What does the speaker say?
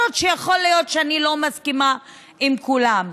יכול להיות שאני לא מסכימה עם כולן,